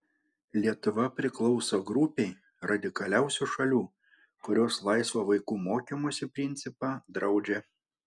lietuva priklauso grupei radikaliausių šalių kurios laisvo vaikų mokymosi principą draudžia